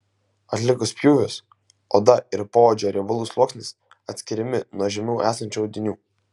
atlikus pjūvius oda ir poodžio riebalų sluoksnis atskiriami nuo žemiau esančių audinių